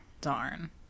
Darn